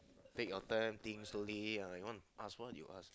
make your turn think slowly you want ask loh you ask